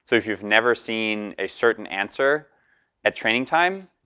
so if you've never seen a certain answer at training time,